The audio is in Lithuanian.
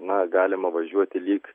na galima važiuoti lyg